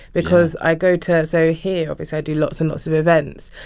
because i go to so here, obviously, i do lots and lots of events.